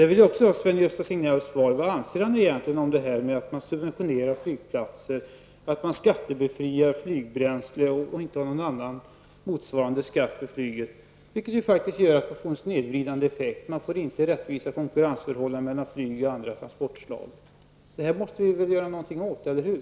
Jag vill ha Sven-Gösta Signells svar även på den frågan: Vad anser Sven-Gösta Signell egentligen om att man subventionerar flygplatser, skattebefriar flygbränsle och inte har någon annan motsvarande skatt för flyget? Det får ju faktiskt en snedvridande effekt; man får inte rättvisande konkurrensförhållanden mellan flyg och andra transportslag. Det måste vi väl göra någonting åt, eller hur?